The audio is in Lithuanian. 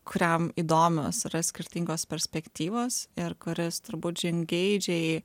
kuriam įdomios yra skirtingos perspektyvos ir kurias turbūt žingeidžiai